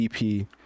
EP